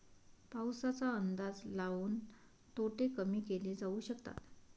पाऊसाचा अंदाज लाऊन तोटे कमी केले जाऊ शकतात